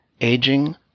aging